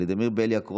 ולדימיר בליאק,